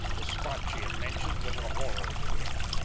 the spot she had mentioned was a horror to him.